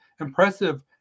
impressive